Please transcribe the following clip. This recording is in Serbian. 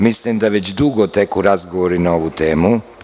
Mislim da već dugo teku razgovori na ovu temu.